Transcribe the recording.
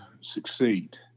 succeed